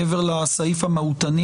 מעבר לסעיף המהותני,